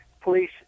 police